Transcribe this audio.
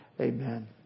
Amen